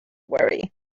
worry